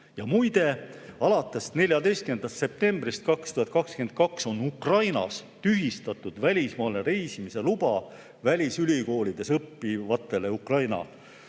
Ja muide, alates 14. septembrist 2022 on Ukrainas tühistatud välismaale reisimise luba välisülikoolides õppivatele Ukraina